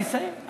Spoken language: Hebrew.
אני מסיים.